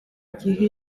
gihe